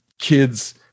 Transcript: kids